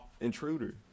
Intruder